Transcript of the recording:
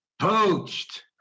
Poached